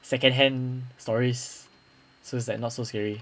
second hand stories so it's like not so scary